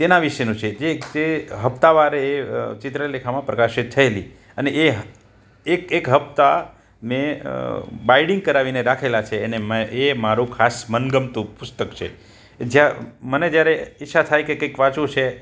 તેના વિશેનું છે જે એક તે હપ્તા વારે એ ચિત્રલેખામાં પ્રકાશિત થયેલી અને એ એક એક હપ્તા મેં બાઈડિંગ કરાવીને રાખેલા છે એને મેં એ મારું ખાસ મનગમતું પુસ્તક છે જે મને જ્યારે ઈચ્છા થાય કે મને કંઈક વાંચવું છે